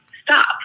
stop